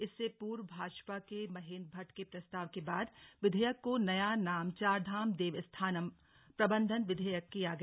इससे पूर्व भाजपा के महेंद्र भट्ट के प्रस्ताव के बाद विधेयक को नया नाम चारधाम देवस्थानम प्रबंधन विधेयक किया गया